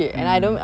mm